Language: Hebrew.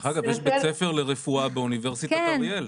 דרך אגב, יש בית ספר לרפואה באוניברסיטת אריאל.